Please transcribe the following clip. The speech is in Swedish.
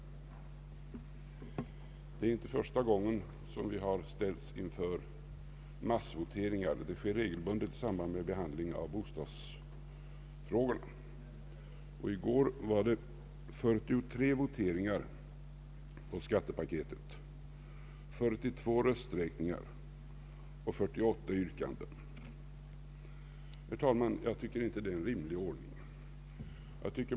Det är inte första gången som vi har ställts inför massvoteringar — det sker regelbundet i samband med behandlingen av bostadsfrågorna. I går var det 43 voteringar om skattepaketet, 42 rösträkningar och 48 yrkanden. Herr talman! Jag tycker inte att detta är en rimlig ordning.